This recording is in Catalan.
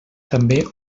també